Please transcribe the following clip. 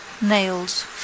nails